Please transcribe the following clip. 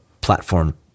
platform